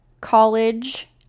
college